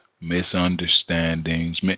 Misunderstandings